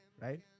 Right